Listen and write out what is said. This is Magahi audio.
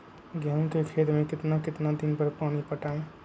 गेंहू के खेत मे कितना कितना दिन पर पानी पटाये?